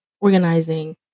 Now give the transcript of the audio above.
organizing